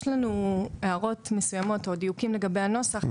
יש לנו הערות מסוימות או דיוקים לגבי הנוסח.